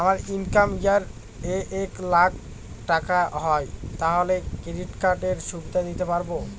আমার income year এ এক লাক টাকা হয় তাহলে ক্রেডিট কার্ড এর সুবিধা নিতে পারবো?